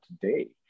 today